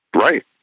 Right